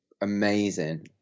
amazing